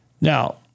Now